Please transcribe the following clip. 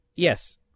Yes